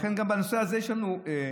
לכן גם בנושא הזה יש לנו הסתייגות.